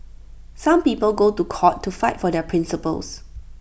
some people go to court to fight for their principles